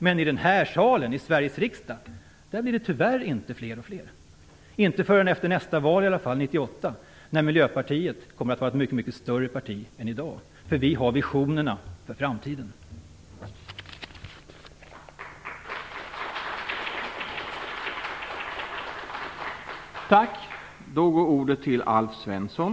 Men i den här salen, i Sveriges riksdag, blir det tyvärr inte fler och fler - inte förrän efter nästa val i alla fall, 1998, när Miljöpartiet kommer att vara ett mycket större parti än i dag. Vi har visionerna för framtiden.